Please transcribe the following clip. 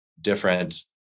different